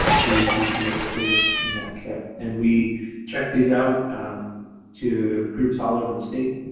here you see some of the tools in that kit, and we check these out to groups all over the state,